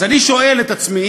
אז אני שואל את עצמי,